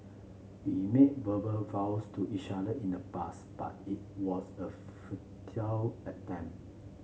we made verbal vows to each other in the past but it was a futile attempt